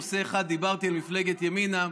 על נושא אחד דיברתי, מפלגת ימינה.